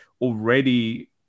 already